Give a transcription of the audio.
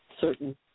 certain